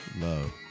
Love